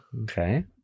Okay